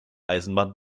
eisenbahn